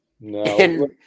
No